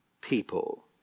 people